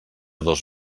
dos